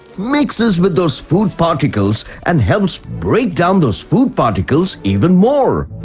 mixes with those food particles. and helps break down those food particles even more.